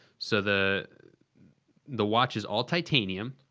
so, the the watch is all titanium,